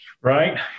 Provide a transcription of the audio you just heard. right